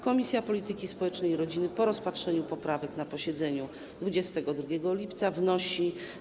Komisja Polityki Społecznej i Rodziny po rozpatrzeniu poprawek na posiedzeniu 22 lipca wnosi: